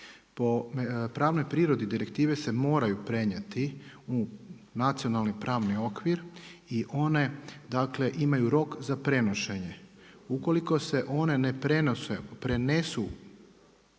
Po pravnoj prirodi direktive se moraju prenijeti u nacionalni pravni okvir i one imaju rok za prenošenje. Ukoliko se one ne prenesu